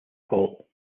hall